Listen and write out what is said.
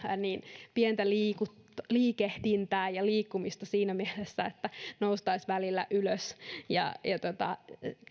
vaikka semmoista pientä liikehdintää ja liikkumista siinä mielessä että noustaisiin välillä ylös